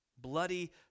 bloody